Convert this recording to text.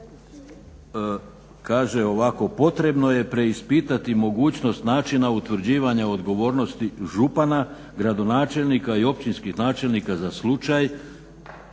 kaže ovako "potrebno je preispitati mogućnost načina utvrđivanja odgovornosti župana, gradonačelnika i općinskih načelnika za slučaj